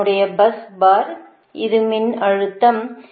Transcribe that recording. இது என்னுடைய bus bar இது மின்னழுத்தம்